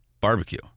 barbecue